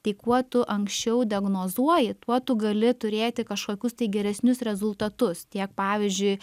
tai kuo tu anksčiau diagnozuoji tuo tu gali turėti kažkokius tai geresnius rezultatus tiek pavyzdžiui